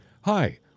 Hi